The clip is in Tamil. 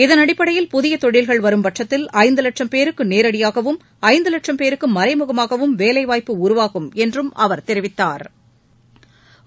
இதன் அடிப்படையில் புதிய தொழில்கள் வரும் பட்சத்தில் ஐந்து லட்சம் பேருக்கு நேரடியாகவும் ஐந்து லட்சும் பேருக்கு மறைமுகமாகவும் வேலைவாய்ப்பு உருவாகும் என்றும் அவர் தெரிவித்தாா்